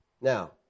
Now